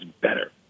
better